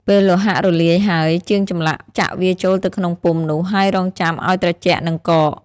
ពេលលោហៈរលាយហើយ ជាងចម្លាក់ចាក់វាចូលទៅក្នុងពុម្ពនោះ ហើយរង់ចាំឱ្យត្រជាក់និងកក។